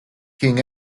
king